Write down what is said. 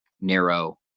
narrow